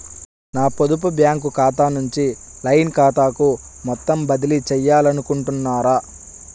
నా పొదుపు బ్యాంకు ఖాతా నుంచి లైన్ ఖాతాకు మొత్తం బదిలీ చేయాలనుకుంటున్నారా?